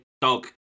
Dog